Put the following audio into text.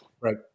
Right